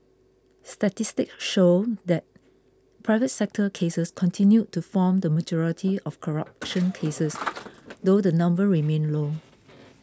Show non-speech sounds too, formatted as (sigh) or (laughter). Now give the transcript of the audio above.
statistics showed that private sector cases continued to form the majority of (noise) corruption cases though the number remained low